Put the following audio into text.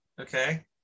Okay